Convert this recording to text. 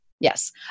Yes